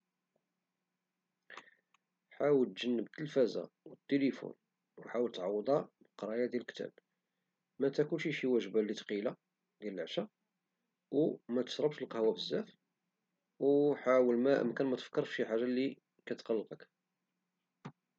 حاول تجنب التلفزة والتيليفون وحاول تعوضها بالقراية ديال كتاب متكلشي شي وجبة لي تقيلة في العشاء ومتشربشي القهوة بزاف وحاول ما أمكن متفكرش فشي حاجة لي كتقلقك